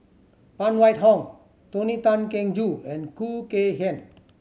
Phan Wait Hong Tony Tan Keng Joo and Khoo Kay Hian